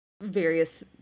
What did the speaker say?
various